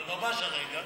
אבל ממש הרגע,